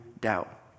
doubt